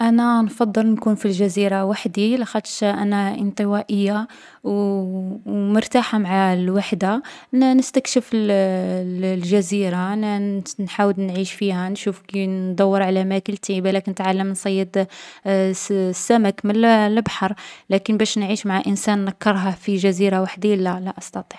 أنا نفضّل نكون في الجزيرة وحدي، لاخاطش أنا انطوائية و مرتاحة مع الوحدة. نـ نستكشف الـ الجزيرة، نـ نحاول نعيش فيها، نشوف ندوّر على ماكلتي، بالاك نتعلّم نصيّد السـ السمك من الـ البحر. لكن باش نعيش مع انسان نكرهه في جزيرة وحدي، لا، لاأستطيع.